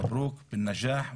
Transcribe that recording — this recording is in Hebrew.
מברוכ ובהצלחה.